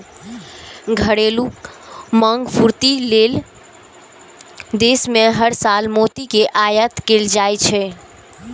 घरेलू मांगक पूर्ति लेल देश मे हर साल मोती के आयात कैल जाइ छै